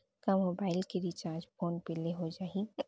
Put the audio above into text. का मोबाइल के recharge PhonePe ले हो जाही?